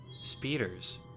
speeders